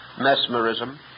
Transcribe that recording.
mesmerism